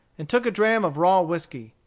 and took a dram of raw whiskey.